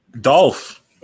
Dolph